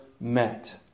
met